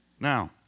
Now